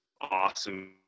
awesome